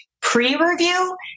pre-review